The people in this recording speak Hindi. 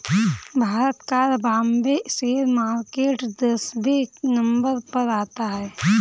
भारत का बाम्बे शेयर मार्केट दसवें नम्बर पर आता है